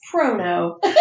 prono